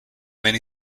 many